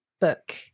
book